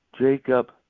Jacob